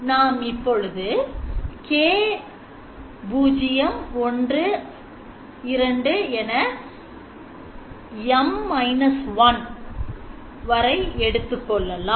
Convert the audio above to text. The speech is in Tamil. நாம் இப்பொழுது K01 M 1 என எடுத்துக்கொள்ளலாம்